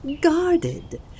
guarded